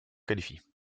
qualifie